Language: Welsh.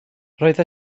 roedd